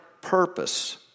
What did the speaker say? purpose